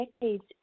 decades